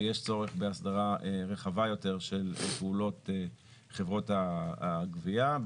ויש צורך בהסדרה רחבה יותר של פעולות חברות הגבייה,